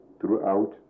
throughout